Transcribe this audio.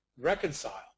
reconcile